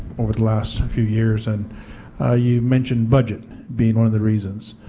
over the last few years, and ah you mentioned budget being one of the reasons.